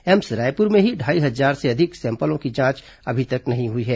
AIIMS Raipur में ही ढ़ाई हजार से अधिक सैंपलों की जांच अभी तक नहीं हुई है